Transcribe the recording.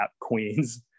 Queens